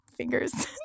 fingers